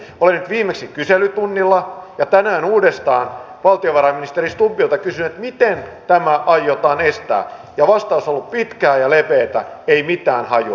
olen nyt viimeksi kyselytunnilla ja tänään uudestaan valtiovarainministeri stubbilta kysynyt miten tämä aiotaan estää ja vastaus on ollut pitkä ja leveä ei mitään hajua